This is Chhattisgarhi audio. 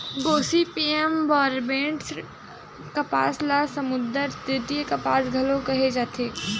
गोसिपीयम बारबेडॅन्स कपास ल समुद्दर द्वितीय कपास घलो केहे जाथे